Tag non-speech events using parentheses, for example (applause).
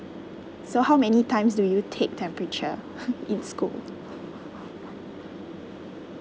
so how many times do you take temperature (laughs) in school